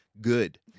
good